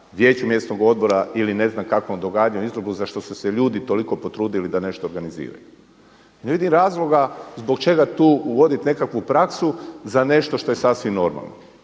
vijeću mjesnog odbora ili ne znam kakvom događanju … za što su se ljudi toliko potrudili da nešto organiziraju. Ne vidim razloga zbog čega tu uvoditi nekakvu praksu za nešto što je sasvim normalno.